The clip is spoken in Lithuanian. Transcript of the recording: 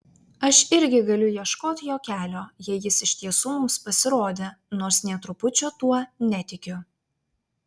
aš irgi galiu ieškot jo kelio jei jis iš tiesų mums pasirodė nors nė trupučio tuo netikiu